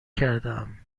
کردهام